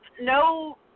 no